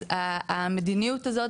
אז המדיניות הזאת,